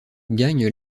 gagne